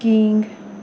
king